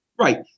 Right